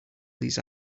these